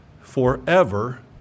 forever